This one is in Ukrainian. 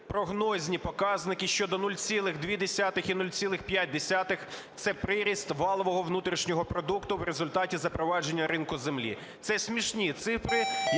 прогнозні показники щодо 0,2 і 0,5 – це приріст валового внутрішнього продукту в результаті запровадження ринку землі. Це смішні цифри,